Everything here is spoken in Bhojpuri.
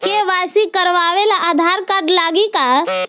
के.वाइ.सी करावे ला आधार कार्ड लागी का?